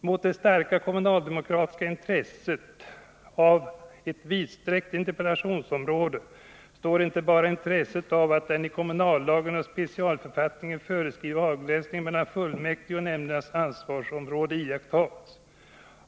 Mot det starka kommunaldemokratiska intresset av ett vidsträckt interpellationsområde står inte bara intresset av att den i kommunallagen och specialförfattningarna föreskrivna avgränsningen mellan fullmäktiges och nämndernas ansvarsområden iakttas.